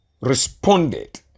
responded